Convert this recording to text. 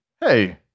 hey